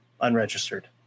unregistered